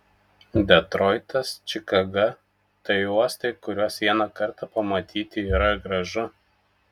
detroitas čikaga tai uostai kuriuos vieną kartą pamatyti yra gražu